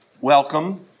Welcome